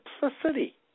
simplicity